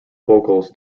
vocals